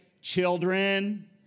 Children